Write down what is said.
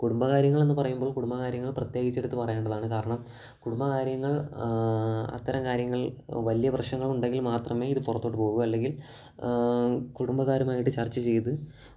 കുടുംബകാര്യങ്ങളെന്നു പറയുമ്പോൾ കുടുംബകാര്യങ്ങൾ പ്രത്യേകിച്ച് എടുത്തുപറയേണ്ടതാണ് കാരണം കുടുംബകാര്യങ്ങൾ അത്തരം കാര്യങ്ങൾ വലിയ പ്രശ്നങ്ങൾ ഉണ്ടെങ്കിൽ മാത്രമേ ഇത് പുറത്തോട്ടു പോകൂ അല്ലെങ്കിൽ കുടുംബക്കാരുമായിട്ട് ചർച്ചചെയ്ത്